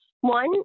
One